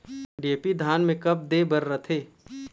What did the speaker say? DAP धान मे कब दे बर रथे?